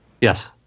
Yes